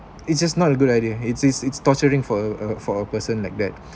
it's just not a good idea it's it's it's torturing for a a for a person like that